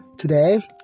Today